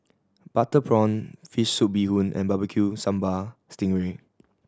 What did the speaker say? butter prawn fish soup bee hoon and Barbecue Sambal sting ray